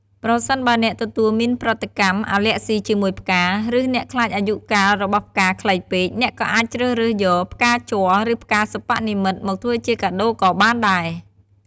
ប្រសិនបើអ្នកទទួលមានប្រតិកម្មអាលែហ្ស៊ីជាមួយផ្កា ឬ អ្នកខ្លាចអាយុកាលរបស់ផ្កាខ្លីពេក អ្នកក៏អាចជ្រើសរើសយក ផ្កាជ័រ ឬ ផ្កាសិប្បនិម្មិត មកធ្វើជាកាដូក៏បានដែរ។